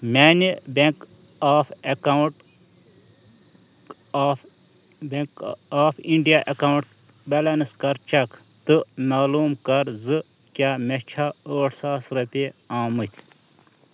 میانہِ bank of account of bank of India account balance کَر check تہٕ معلوٗم کَر زٕ کیٛاہ مےٚ چھےٚ ٲٹھ ساس رۄپیہِ آمٕتۍ